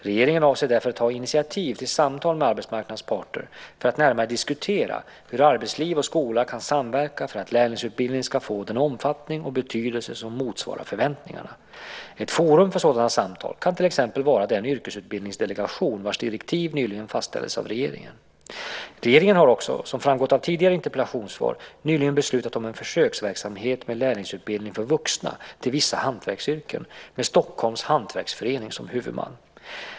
Regeringen avser därför att ta initiativ till samtal med arbetsmarknadens parter för att närmare diskutera hur arbetsliv och skola kan samverka för att lärlingsutbildningen ska få den omfattning och betydelse som motsvarar förväntningarna. Ett forum för sådana samtal kan till exempel vara den yrkesutbildningsdelegation vars direktiv nyligen fastställdes av regeringen. Regeringen har också, som framgått av ett tidigare interpellationssvar, nyligen beslutat om en försöksverksamhet med lärlingsutbildning för vuxna till vissa hantverksyrken med Stockholms Hantverksförening som huvudman.